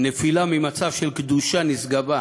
נפילה ממצב של קדושה נשגבה